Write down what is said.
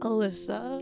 Alyssa